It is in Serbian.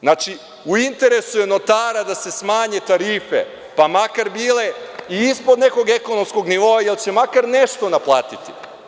Znači, u interesu je notara da se smanje tarife pa makar bile i ispod nekog ekonomskog nivoa, jer će makar nešto naplatiti.